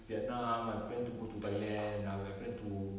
vietnam I plan to go to thailand ah I plan to